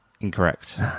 Incorrect